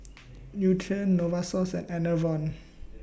Nutren Novosource and Enervon